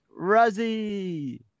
Ruzzy